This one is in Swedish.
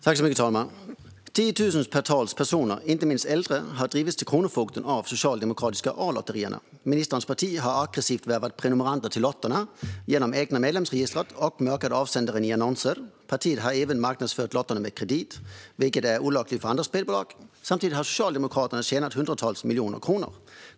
Fru talman! Tiotusentals personer, inte minst äldre, har drivits till Kronofogden av socialdemokratiska A-lotterierna. Ministerns parti har aggressivt värvat prenumeranter till lotterierna genom det egna medlemsregistret och mörkat avsändaren i annonser. Partiet har även marknadsfört lotterna med kredit, vilket är olagligt för andra spelbolag. Samtidigt har Socialdemokraterna tjänat hundratals miljoner kronor.